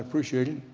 appreciate it.